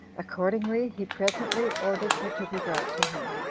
accordingly, he presently ordered her to be brought to him